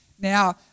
now